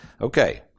Okay